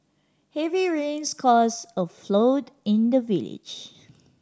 heavy rains caused a flood in the village